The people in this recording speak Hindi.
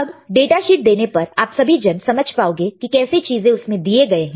अब डाटा शीट देने पर आप सभी जन समझ पाओगे कि कैसे चीजें उसमें दिए गए हैं